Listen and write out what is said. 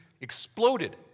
exploded